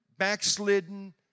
backslidden